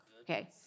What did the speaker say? Okay